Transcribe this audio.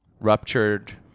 Ruptured